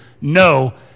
no